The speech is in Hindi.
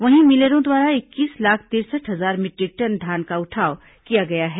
वहीं मिलरों द्वारा इक्कीस लाख तिरसठ हजार मीट्रिक टन धान का उठाव किया गया है